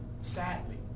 sadly